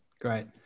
great